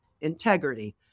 integrity